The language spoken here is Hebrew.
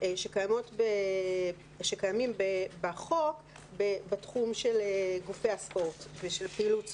שקיימים בחוק בתחום של גופי הספורט ושל פעילות ספורט.